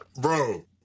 bro